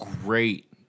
great